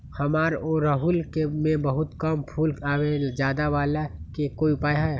हमारा ओरहुल में बहुत कम फूल आवेला ज्यादा वाले के कोइ उपाय हैं?